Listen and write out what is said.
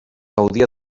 gaudia